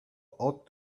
ought